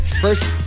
First